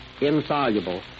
insoluble